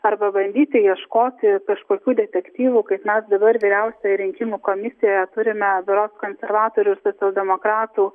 arba bandyti ieškoti kažkokių detektyvų kaip mes dabar vyriausioji rinkimų komisija turime berods konservatorių ir socialdemokratų